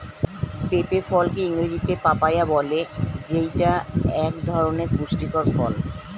পেঁপে ফলকে ইংরেজিতে পাপায়া বলে যেইটা এক ধরনের পুষ্টিকর ফল